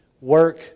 Work